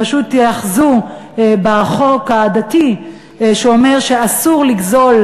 פשוט ייאחזו בחוק הדתי שאומר שאסור לגזול,